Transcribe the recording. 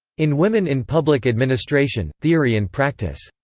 in women in public administration theory and practice.